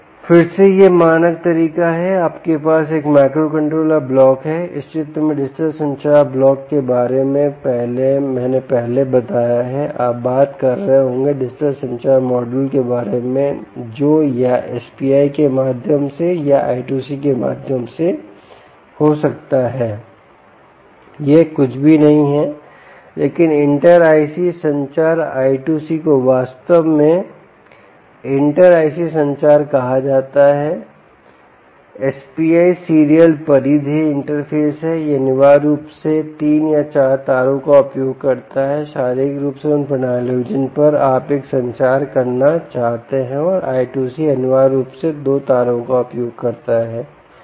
फिर से यह मानक तरीका है आपके पास एक माइक्रोकंट्रोलर ब्लॉक है इस चित्र में डिजिटल संचार ब्लॉक के बारे में मैने पहले बताया है आप बात कर रहे होंगे डिजिटल संचार मॉड्यूल के बारे में जो या SPI के माध्यम से या I2C के माध्यम से हो सकता है यह कुछ भी नहीं है लेकिन इंटर आईसी संचार I2C को वास्तव में इंटर आईसी संचार कहा जाता है SPI सीरियल परिधीय इंटरफ़ेस है यह अनिवार्य रूप से 3 या 4 तारों का उपयोग करता है शारीरिक रूप से उन प्रणालियों के बीच जिन पर आप एक संचार करना चाहते हैं और I2C अनिवार्य रूप से 2 तारों का उपयोग करता है